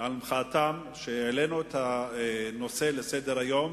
על מחאתם שהעלינו את הנושא לסדר-היום,